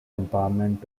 empowerment